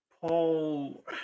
Paul